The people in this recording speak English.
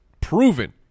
proven